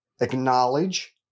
acknowledge